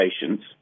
patients